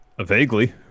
Vaguely